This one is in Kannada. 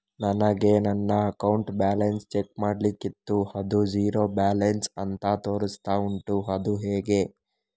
ನನಗೆ ನನ್ನ ಅಕೌಂಟ್ ಬ್ಯಾಲೆನ್ಸ್ ಚೆಕ್ ಮಾಡ್ಲಿಕ್ಕಿತ್ತು ಅದು ಝೀರೋ ಬ್ಯಾಲೆನ್ಸ್ ಅಂತ ತೋರಿಸ್ತಾ ಉಂಟು ಅದು ಹೇಗೆ?